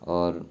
اور